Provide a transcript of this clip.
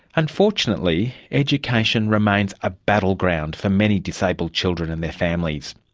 unfortunately, education remains a battleground for many disabled children and their families.